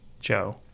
Joe